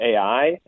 ai